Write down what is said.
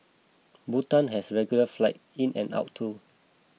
Bhutan has regular flights in and out too